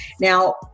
Now